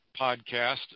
podcast